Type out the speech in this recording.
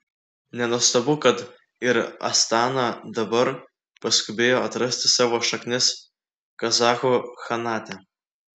nenuostabu kad ir astana dabar paskubėjo atrasti savo šaknis kazachų chanate